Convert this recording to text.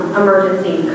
emergency